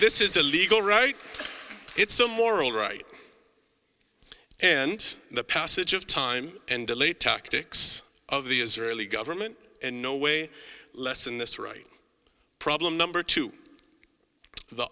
this is a legal right it's a moral right and the passage of time and delay tactics of the israeli government in no way less in this right problem number two the